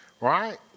right